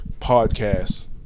podcast